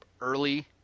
early